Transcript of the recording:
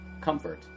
comfort